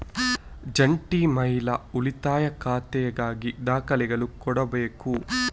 ಜಂಟಿ ಮಹಿಳಾ ಉಳಿತಾಯ ಖಾತೆಗಾಗಿ ದಾಖಲೆಗಳು ಕೊಡಬೇಕು